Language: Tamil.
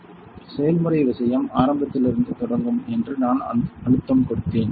FL செயல்முறை விஷயம் ஆரம்பத்தில் இருந்தே தொடங்கும் என்று நான் அழுத்தம் கொடுத்தேன்